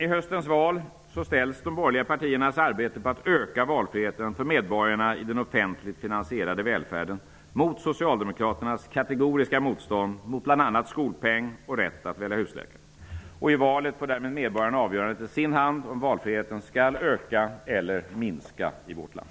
I höstens val ställs de borgerliga partiernas arbete för att öka valfriheten för medborgarna i den offentligt finansierade välfärden mot Socialdemokraternas kategoriska motstånd mot bl.a. skolpeng och mot rätten att välja husläkare. I valet får därmed medborgarna avgörandet i sin hand om valfriheten skall öka eller minska i vårt land.